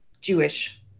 Jewish